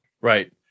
right